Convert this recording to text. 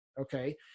okay